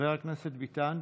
חבר הכנסת ביטן,